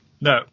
No